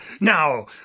now